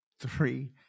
three